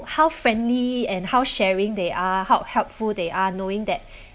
how friendly and how sharing they are how helpful they are knowing that